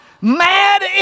Mad